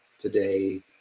today